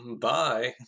Bye